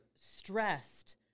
stressed